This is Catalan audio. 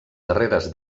darreres